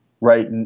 right